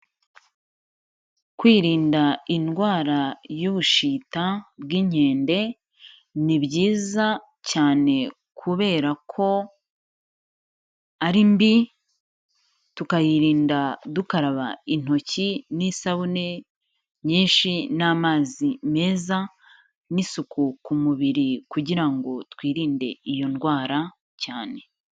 Kwirinda indwara y'ubushita bw'inkende, ni byiza cyane kubera ko ari mbi, tukayirinda dukaraba intoki n'isabune nyinshi n'amazi meza n'isuku ku mubiri kugira ngo twirinde iyo ndwara cyane.